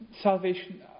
salvation